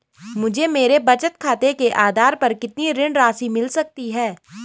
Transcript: मुझे मेरे बचत खाते के आधार पर कितनी ऋण राशि मिल सकती है?